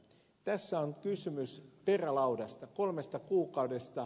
tässä on kysymys perälaudasta kolmesta kuukaudesta